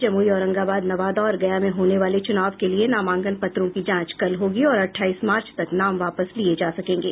जमुई औरंगाबाद नवादा और गया में होने वाले चूनाव के लिए नामांकन पत्रों की जांच कल होगी और अठाईस मार्च तक नाम वापस लिये जा सकेंगे